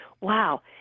wow